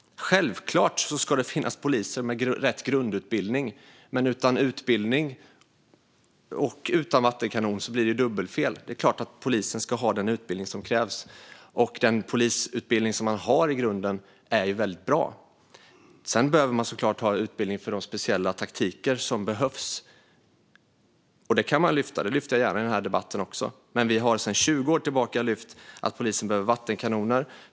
Självklart ska det finnas poliser med rätt grundutbildning. Men utan utbildning och utan vattenkanoner blir det dubbelfel. Det är klart att polisen ska ha den utbildning som krävs, och den polisutbildning som man har i grunden är väldigt bra. Sedan behöver man såklart ha utbildning på de speciella taktiker som behövs, och det kan man lyfta. Det lyfter jag gärna i den här debatten också, och vi har sedan 20 år tillbaka lyft att polisen behöver vattenkanoner.